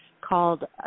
called